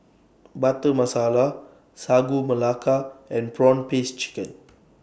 Butter Masala Sagu Melaka and Prawn Paste Chicken